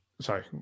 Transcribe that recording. sorry